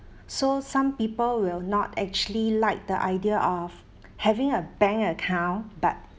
so some people will not actually like the idea of having a bank account but